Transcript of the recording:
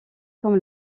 comme